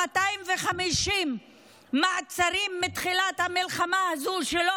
250 מעצרים מתחילת המלחמה הזו שלא